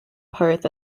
perth